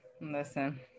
Listen